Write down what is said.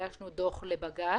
הגשנו דוח לבג"ץ,